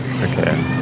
Okay